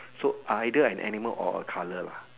so either an animal or a colour lah